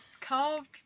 carved